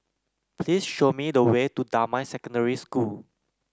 please show me the way to Damai Secondary School